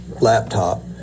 laptop